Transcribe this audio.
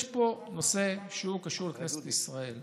יש פה נושא שהוא קשור לכנסת ישראל,